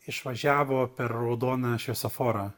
išvažiavo per raudoną šviesoforą